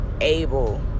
able